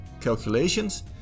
calculations